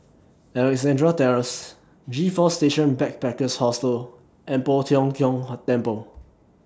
Alexandra Terrace G four Station Backpackers Hostel and Poh Tiong Kiong Temple